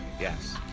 Yes